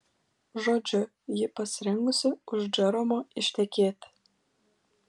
žodžiu ji pasirengusi už džeromo ištekėti